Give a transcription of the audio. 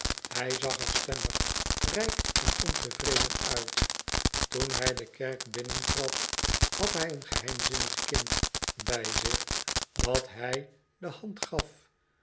er stemmig r jk en ontevreden uit toen hij de kerk binnentrad had hij een geheimzinnig kind bij zich dat hij de hand gaf